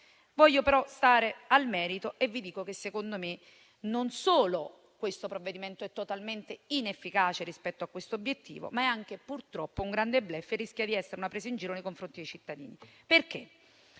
Voglio stare al merito e vi dico che, secondo me, non solo questo provvedimento è totalmente inefficace rispetto all'obiettivo che si propone, ma è anche purtroppo un grande *bluff* e rischia di essere una presa in giro nei confronti dei cittadini. Perché?